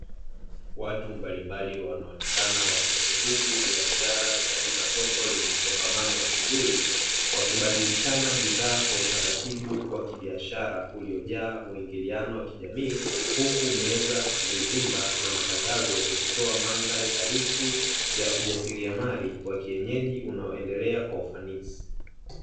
Watu mbalimbali wanaonekana wakihutubu biashara katika soko lenye msongamano wa shughuli, wakibadilishana bidhaa kwa utaratibu wa kibiashara uliojaa muingiliano wa kijamii, huku meza, vizimba na matangazo vikitoa mandhari halisi ya ujasiriamali wa kienyeji unaondelea kwa ufanisi.